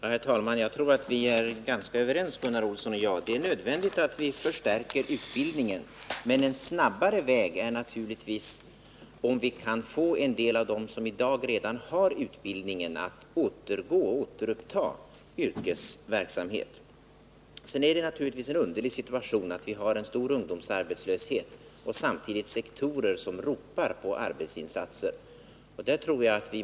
Herr talman! Jag tror att Gunnar Olsson och jag är ganska överens. Det är nödvändigt att vi förstärker vårdutbildningen, men en snabbare väg vore naturligtvis att, om möjligt, förmå en del av dem som redan i dag har sådan utbildning men som upphört med sin yrkesverksamhet att återuppta denna. Vidare är det naturligtvis en underlig situation att vi har en stor ungdomsarbetslöshet samtidigt som vissa sektorer ropar på arbetsinsatser.